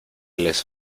les